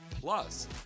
Plus